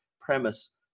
premise